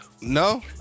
No